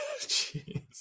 Jeez